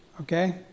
okay